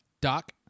Doc